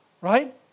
Right